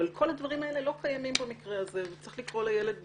אבל כל הדברים האלה לא קיימים במקרה הזה וצריך לקרוא לילד בשמו,